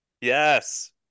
Yes